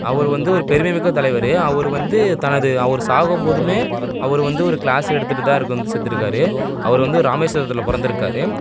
அவர் வந்து ஒரு பெருமைமிக்க தலைவர் அவர் வந்து தனது அவர் சாகும் போதுமே அவர் வந்து ஒரு கிளாஸ் எடுத்துட்டு தான் இருக் வந்து செத்துருக்கார் அவர் வந்து ராமேஸ்வரத்தில் பிறந்துருக்காரு